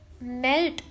melt